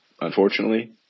unfortunately